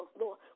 Lord